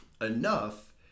enough